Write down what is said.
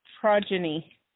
progeny